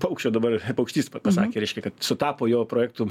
paukščio dabar paukštys pasakė reiškia kad sutapo jo projektų